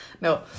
No